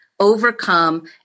overcome